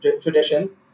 traditions